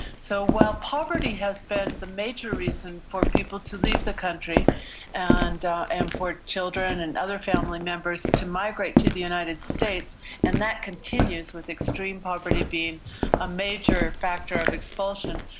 so while poverty has been the major reason for people to leave the country and and for children and other family members to migrate to the united states and that continues, with extreme poverty being a major factor of expulsion,